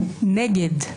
נגד.